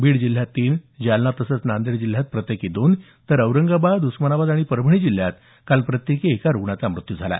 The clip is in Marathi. बीड जिल्ह्यात तीन जालना तसंच नांदेड जिल्ह्यात प्रत्येकी दोन तर औरंगाबाद उस्मानाबाद आणि परभणी जिल्ह्यात काल प्रत्येकी एका रुग्णाचा मृत्यू झाला